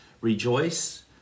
rejoice